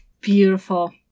Beautiful